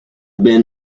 been